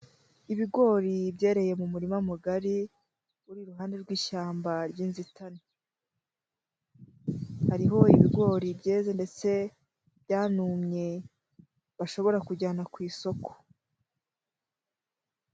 Ibigori byerereye mu murima mugari uri iruhande rw'ishyamba ry'inzitane. Hariho ibigori byeze ndetse byanumye bashobora kujyana ku isoko.